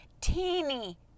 Teeny